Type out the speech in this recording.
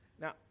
Now